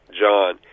John